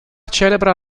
celebra